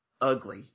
ugly